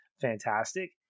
fantastic